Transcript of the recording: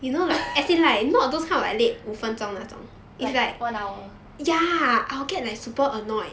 like one hour